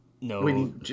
No